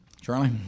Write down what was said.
charlie